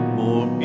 more